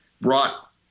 brought